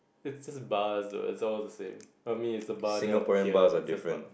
it's just bars though it's all the same I mean it's a bar near the pier it's a bar